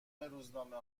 روزنامه